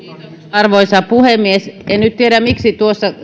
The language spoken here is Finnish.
arvoisa puhemies en nyt tiedä miksi